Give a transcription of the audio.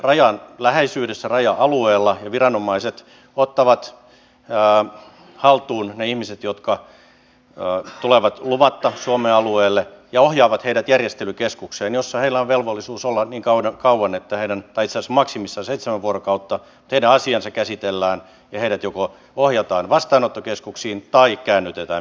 rajan läheisyydessä raja alueella viranomaiset ottavat haltuun ne ihmiset jotka tulevat luvatta suomen alueelle ja ohjaavat heidät järjestelykeskukseen jossa heillä on velvollisuus olla niin kauan tai itse asiassa maksimissaan seitsemän vuorokautta että heidän asiansa käsitellään ja heidät joko ohjataan vastaanottokeskuksiin tai käännytetään mikäli se on mahdollista